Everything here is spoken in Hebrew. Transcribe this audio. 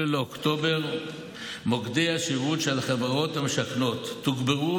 מ-8 באוקטובר מוקדי השירות של החברות המשכנות תוגברו,